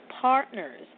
Partners